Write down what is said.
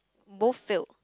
both filled